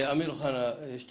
את רוצה שאקריא